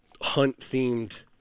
hunt-themed